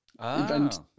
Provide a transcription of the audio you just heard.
event